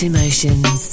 Emotions